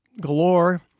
galore